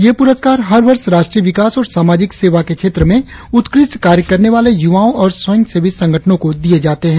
ये पुरस्कार हर वर्ष राष्ट्रीय विकास और सामाजिक सेवा के क्षेत्र में उत्कृष्ट कार्य करने वाले युवाओं और स्वयंसेवी संगठनों को दिए जाते हैं